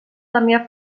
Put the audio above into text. damià